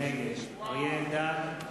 נגד אריה אלדד,